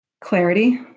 Clarity